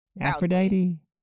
Aphrodite